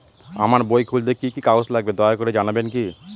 আমার বই খুলতে কি কি কাগজ লাগবে দয়া করে জানাবেন কি?